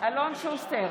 אלון שוסטר,